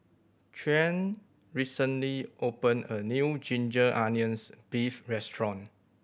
Tyquan recently opened a new ginger onions beef restaurant